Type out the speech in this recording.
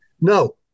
No